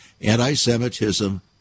anti-Semitism